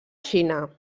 xina